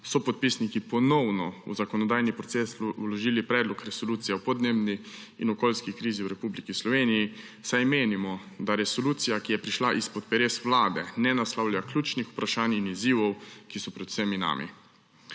sopodpisniki ponovno v zakonodajni proces vložili Predlog resolucije o podnebni in okoljski krizi v Republiki Sloveniji, saj menimo, da resolucija, ki je prišla izpod peres Vlade, ne naslavlja ključnih vprašanj in izzivov, ki so pred vsemi nami.